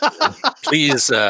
Please